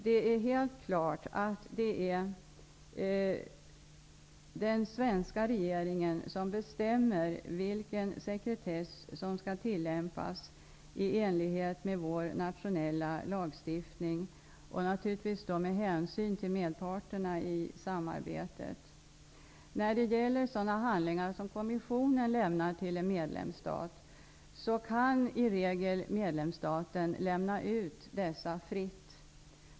Det är helt klart att det är den svenska regeringen som bestämmer vilken sekretess som skall tillämpas i enlighet med vår nationella lagstiftning, naturligtvis med hänsyn till medparterna i samarbetet. När det gäller sådana handlingar som Kommissionen lämnar till en medlemsstat kan i regel medlemsstaten lämna ut dessa fritt.